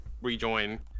rejoin